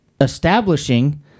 establishing